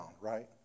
right